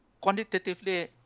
quantitatively